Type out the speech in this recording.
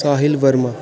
Sahil Verma